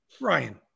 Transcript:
Ryan